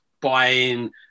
buying